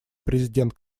президент